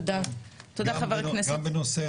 גם בנושא